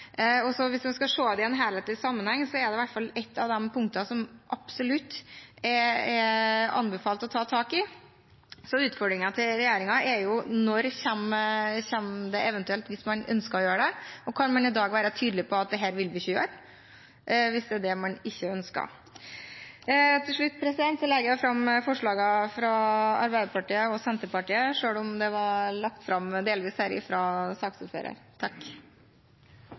Hvis man skal se det i en helhetlig sammenheng er det iallfall et av de punktene som absolutt er anbefalt å ta tak i, så utfordringen til regjeringen er: Når kommer det eventuelt hvis man ønsker å gjøre det, og kan man i dag være tydelig på at dette vil man ikke gjøre, hvis det er det man ønsker? Til slutt tar jeg opp forslagene fra Arbeiderpartiet og Senterpartiet, selv om de var lagt fram delvis her fra